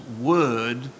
word